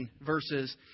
verses